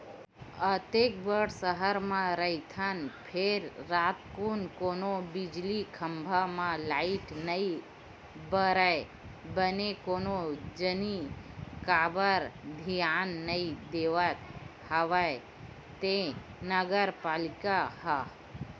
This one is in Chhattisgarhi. अतेक बड़ सहर म रहिथन फेर रातकुन कोनो बिजली खंभा म लाइट नइ बरय बने कोन जनी काबर धियान नइ देवत हवय ते नगर पालिका ह